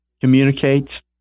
Communicate